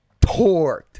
torqued